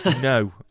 no